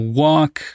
walk